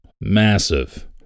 Massive